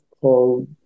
called